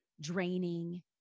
draining